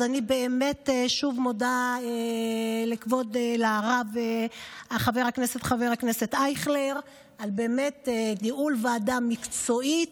אז אני שוב מודה לכבוד הרב חבר הכנסת אייכלר על ניהול ועדה מקצועי,